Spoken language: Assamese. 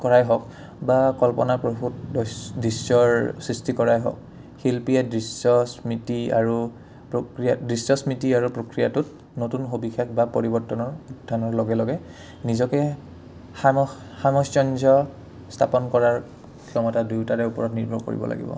কৰাই হওক বা কল্পনা প্ৰসূত দৃশ্যৰ সৃষ্টি কৰাই হওক শিল্পীয়ে দৃশ্য স্মৃতি আৰু প্ৰক্ৰিয়া দৃশ্য স্মৃতি আৰু প্ৰক্ৰিয়াটোত নতুন সবিশেষ বা পৰিৱৰ্তনৰ উত্থানৰ লগে লগে নিজকে সামসঞ্জয় স্থাপন কৰাৰ ক্ষমতা দুয়োটাৰে ওপৰত নিৰ্ভৰ কৰিব লাগিব